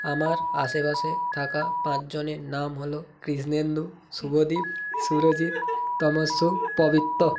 আমার আশাপাশে থাকা পাঁচজনের নাম হল কৃষ্ণেন্দু শুভদীপ সুরজিৎ তবসুম পবিত্র